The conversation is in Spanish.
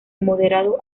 moderado